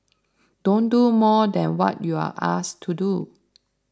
don't do more than what you're asked to do